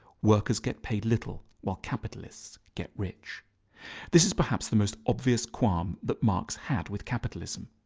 workers get paid little while capitalists get rich this is perhaps the most obvious qualm but marx had with capitalism.